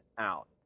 out